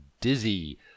dizzy